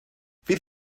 fydd